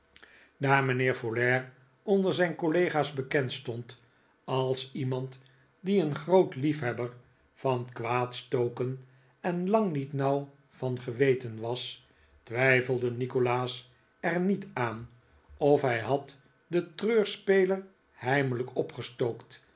daar mijnheer folair onder zijn collega's bekend stond als iemand die een groot liefhebber van kwaadstoken en lang niet nauw van geweten was twijielde nikolaas er niet aan of hij had den treurspeler heimelijk opgestookt